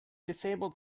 disabled